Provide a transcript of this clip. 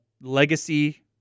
Legacy